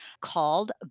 called